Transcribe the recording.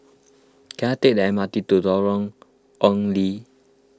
can I take the M R T to Lorong Ong Lye